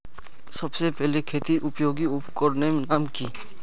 सबसे पहले खेतीत उपयोगी उपकरनेर नाम की?